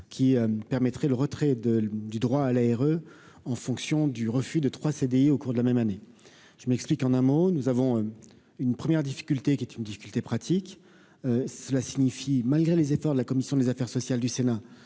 qui permettrait le retrait de du droit à l'ère en fonction du refus de trois CDI au cours de la même année, je m'explique, en un mot, nous avons une première difficulté qui est une difficulté pratique cela signifie malgré les efforts de la commission des affaires sociales du Sénat,